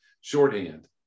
shorthand